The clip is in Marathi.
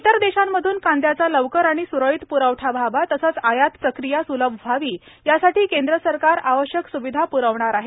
इतर देशांमधून कांद्याचा लवकर आणि स्रळीत प्रवठा व्हावा तसंच आयात प्रक्रिया स्लभ व्हावी यासाठी केंद्र सरकार आवश्यक स्विधा प्रवणार आहे